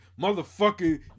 motherfucker